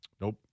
Nope